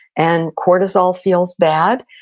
and cortisol feels bad,